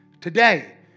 today